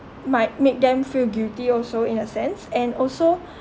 might make them feel guilty also in a sense and also